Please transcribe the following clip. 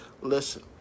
Listen